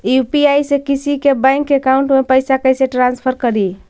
UPI से किसी के बैंक अकाउंट में पैसा कैसे ट्रांसफर करी?